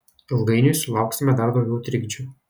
ilgainiui sulauksime dar daugiau trikdžių